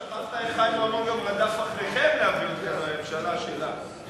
שכחת איך חיים רמון גם רדף אחריכם להביא אתכם לממשלה שלה.